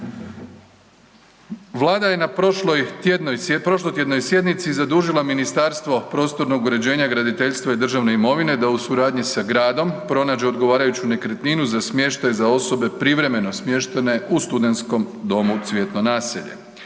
tjednoj, prošlotjednoj sjednici zadužila Ministarstvo prostornog uređenja i graditeljstva i državne imovine da u suradnji sa gradom pronađe odgovarajuću nekretninu za smještaj za osobe privremeno smještene u Studentskom domu Cvjetno naselje.